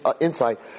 Insight